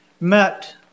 met